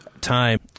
time